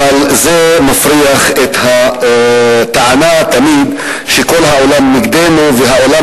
וזה מפריך את הטענה שכל העולם נגדנו והעולם